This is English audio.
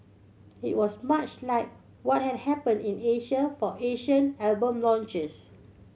it was much like what had happened in Asia for Asian album launches